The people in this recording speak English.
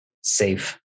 safe